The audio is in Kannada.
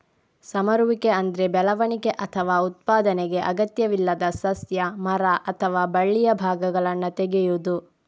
ಸಮರುವಿಕೆ ಅಂದ್ರೆ ಬೆಳವಣಿಗೆ ಅಥವಾ ಉತ್ಪಾದನೆಗೆ ಅಗತ್ಯವಿಲ್ಲದ ಸಸ್ಯ, ಮರ ಅಥವಾ ಬಳ್ಳಿಯ ಭಾಗಗಳನ್ನ ತೆಗೆಯುದು